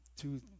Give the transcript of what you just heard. two